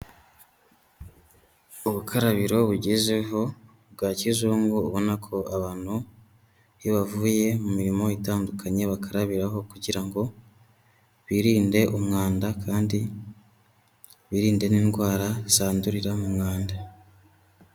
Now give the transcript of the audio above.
Ubukarabiro bugezeho bwa kizungu, ubona ko abantu iyo bavuye mu mirimo itandukanye bakarabiho kugira ngo birinde umwanda kandi birinde indwara zandurira mu mwanda.